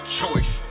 choice